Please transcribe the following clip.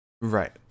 right